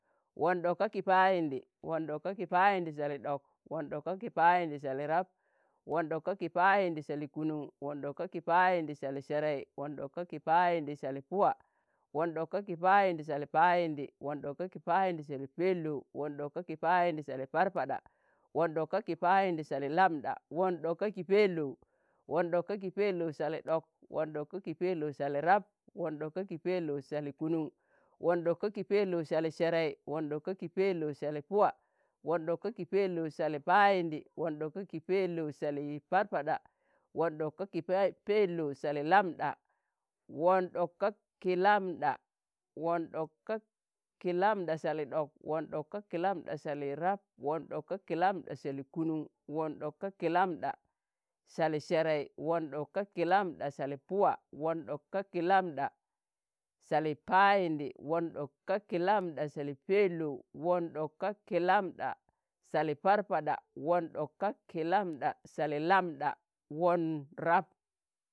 won ɗok ka ki Payindi, won ɗok ka ki Payindi Sali ɗok, won ɗok ka ki Payindi Sali rab. won ɗok ka ki Payindi Sali kunuṇ. won ɗok ka ki Payindi Sali serei. won ɗok ka ki Payindi Sali puwa. won ɗok ka ki Payindi Sali payindi. won ɗok ka ki Payindi Sali pelou. won ɗok ka ki Payindi Sali parpaɗa. won ɗok ka ki Payindi Sali lambda. won ɗok ka ki Pelou. won ɗok ka ki Pelou Sali ɗok. won ɗok ka ki Pelou Sali rab. won ɗok ka ki Pelou Sali kunun. won ɗok ka ki Pelou Sali serei. won ɗok ka ki Pelou Sali puwa. won ɗok ka ki Pelou Sali payindi. won ɗok ka ki Pelou Sali Parpaɗa. won ɗok ka ki Pelou Sali lambɗa. won ɗok ka ki Lambɗa. won ɗok ka ki Lambɗa Sali ɗok. won ɗok ka ki Lamɓda Sali rab. won ɗok ka ki Lambɗa Sali kunuṇ. won ɗok ka ki Lambɗa Sali serei. won ɗok ka ki Lambɗa Sali puwa. won ɗok ka ki Lambɗa Sali payindi. won ɗok ka ki Lambɗa Sali pelou. won ɗok ka ki Lambɗa Sali Parpaɗa. won ɗok ka ki Lambɗa Sali lambɗa. won rab.